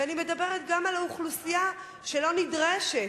ואני מדברת גם על האוכלוסייה שלא נדרשת,